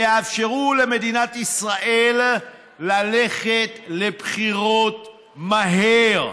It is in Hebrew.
ויאפשרו למדינת ישראל ללכת לבחירות מהר.